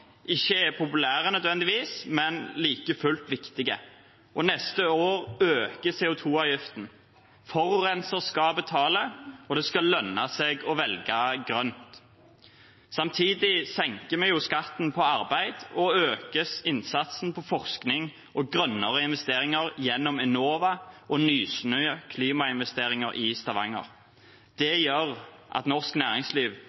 ikke nødvendigvis er populære, men like fullt viktige. Neste år øker CO 2 -avgiften. Forurenser skal betale, og det skal lønne seg å velge grønt. Samtidig senker vi skatten på arbeid og øker innsatsen på forskning og grønnere investeringer gjennom Enova og Nysnø Klimainvesteringer i Stavanger.